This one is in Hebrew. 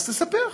אז תספח,